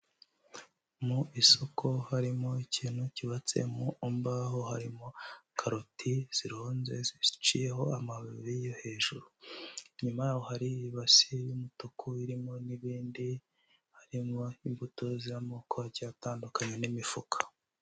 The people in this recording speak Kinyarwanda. Mu isoko harimo ikintu cyubatse mu mbaho, harimo karoti zironze ziciyeho amababi yo hejuru, inyuma yaho hari ibasi y'umutuku irimo n'ibindi, harimwo imbuto z'amoko agiye atandukanye n'imifuka.